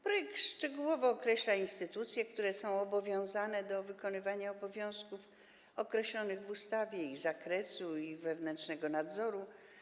Projekt szczegółowo określa instytucje, które są obowiązane do wykonywania obowiązków określonych w ustawie w zakresie wewnętrznego nadzoru.